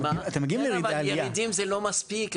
כן, אבל ירידים זה לא מספיק.